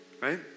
Right